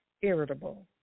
irritable